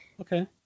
Okay